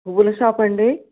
పువ్వుల షాపాండి